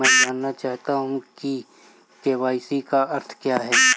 मैं जानना चाहूंगा कि के.वाई.सी का अर्थ क्या है?